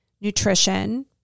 nutrition